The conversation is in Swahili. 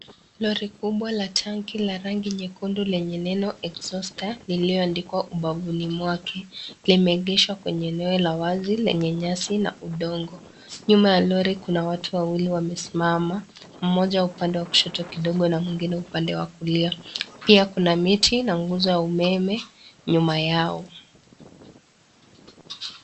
Lori kubwa la tanki la rangi nyekundu lenye neno " Exhauster " iliyoandikwa ubavuni mwake. Limeegeshwa kwenye eneo la wazi lenye nyasi na udongo. Nyuma ya Lori kuna watu wawili wamesimama, mmoja upande wa kushoto kidogo na mwingine upande wa kulia. Pia kuna miti na nguzo ya umeme nyuma yao.